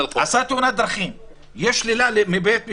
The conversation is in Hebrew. עשה תאונת דרכים ויש שלילה מבית המשפט,